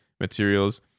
materials